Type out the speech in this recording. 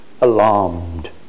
alarmed